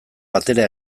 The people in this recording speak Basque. batera